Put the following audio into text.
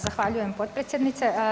Zahvaljujem potpredsjednice.